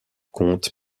comte